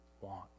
want